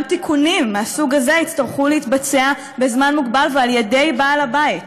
גם תיקונים מהסוג הזה יצטרכו להתבצע בזמן מוגבל ועל-ידי בעל-הבית.